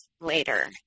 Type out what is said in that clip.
later